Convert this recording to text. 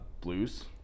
Blues